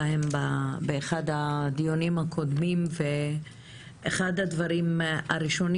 עסקנו בהן באחד הדיונים הקודמים ואחד הדברים הראשונים